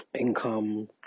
income